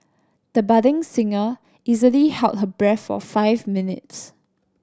the budding singer easily held her breath for five minutes